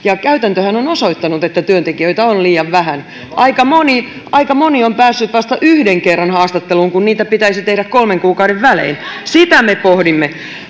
käytäntöhän on osoittanut että työntekijöitä on liian vähän aika moni aika moni on päässyt vasta yhden kerran haastatteluun kun niitä pitäisi tehdä kolmen kuukauden välein sitä me pohdimme